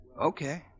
Okay